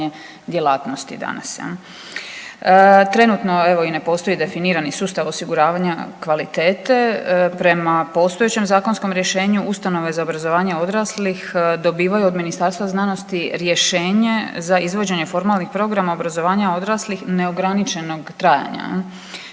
djelatnosti danas. Trenutno evo i ne postoji definirani sustav osiguravanja kvalitete. Prema postojećem zakonskom rješenju ustanove za obrazovanje odraslih dobivaju od Ministarstva znanosti rješenje za izvođenje formalnih programa obrazovanja odraslih neograničenog trajanja,